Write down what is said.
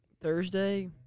Thursday